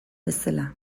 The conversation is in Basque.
bezala